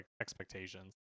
expectations